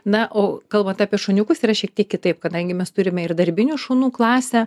na o kalbant apie šuniukus yra šiek tiek kitaip kadangi mes turime ir darbinių šunų klasę